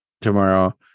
tomorrow